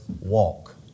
walk